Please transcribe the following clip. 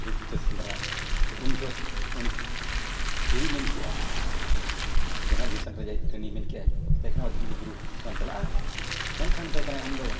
ᱵᱩᱨᱩ ᱵᱤᱨᱛᱮ ᱥᱮᱸᱫᱽᱟ ᱟᱫᱚ ᱩᱱ ᱡᱚᱦᱚᱜ ᱩᱱᱤ ᱠᱩᱲᱤ ᱢᱮᱱ ᱠᱮᱫᱟᱭ ᱡᱟᱦᱟᱸᱭ ᱫᱩᱥᱚᱱ ᱨᱟᱡᱟᱤᱡ ᱨᱟᱱᱤᱭ ᱢᱮᱱ ᱠᱮᱫᱟᱭ ᱟᱫᱚ ᱢᱮᱛᱟᱭ ᱠᱟᱱᱟ ᱫᱤᱱᱜᱮ ᱵᱩᱨᱩ ᱥᱮᱸᱫᱽᱨᱟᱢ ᱪᱟᱞᱟᱜᱼᱟ ᱢᱮᱱᱠᱷᱟᱱ ᱢᱮᱛᱟᱭ ᱠᱟᱱᱟ ᱟᱢᱫᱚ